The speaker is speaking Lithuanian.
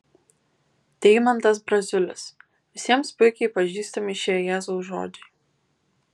deimantas braziulis visiems puikiai pažįstami šie jėzaus žodžiai